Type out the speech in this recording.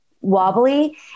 wobbly